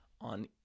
on